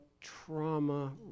trauma